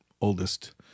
oldest